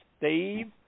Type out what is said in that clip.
Steve